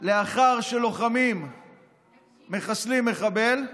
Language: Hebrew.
לאחר שלוחמים מחסלים מחבל,